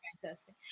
fantastic